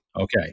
Okay